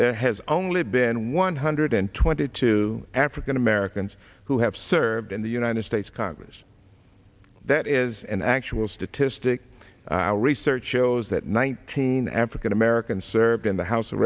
there has only been one hundred twenty two african americans who have served in the united states congress that is an actual statistic our research shows that nineteen african americans served in the house of